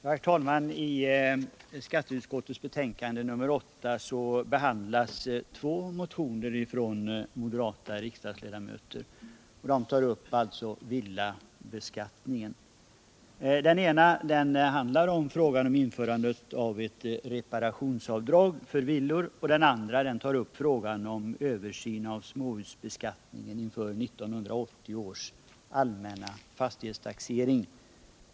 Herr talman! I skatteutskottets betänkande nr 8 behandlas två motioner från moderata riksdagsledamöter i vilka de tar upp villabeskattningen. Den ena motionen gäller införandet av ett reparationsavdrag för villor, och den andra tar upp frågan om översyn av småhusbeskattningen inför 1980 års allmänna fastighetstaxering.